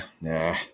nah